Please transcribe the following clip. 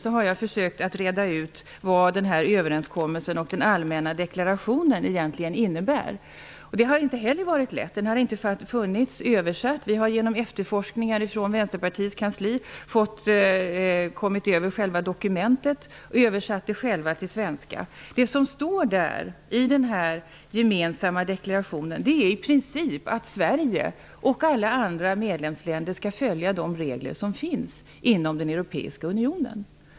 Jag har försökt att reda ut vad överenskommelsen och den allmänna deklarationen egentligen innebär. Det har inte heller varit lätt. Överenskommelsen har inte funnits tillgänglig i översättning. Vi har med hjälp av efterforskningar från Vänsterpartiets kansli kommit över själva dokumentet och själva översatt det till svenska. I den gemensamma deklarationen står det att Sverige och alla andra medlemsländer i princip skall följa de regler som finns inom den europeiska unionen.